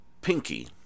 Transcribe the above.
Pinky